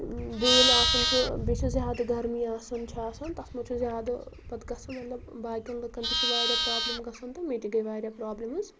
بیٚیہِ ییٚلہِ آسان چھُ بیٚیہِ چھِ زیادٕ گَرمی آسان چھے آسان تتھ زیادٕ پتہٕ گژھَان باقین لٕکن تہِ چھُ واریاہ پرابلِم گژھان تہٕ مےٚ تہِ گٔے واریاہ پرابلِمٕز